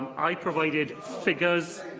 i provided figures